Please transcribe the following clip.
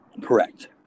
Correct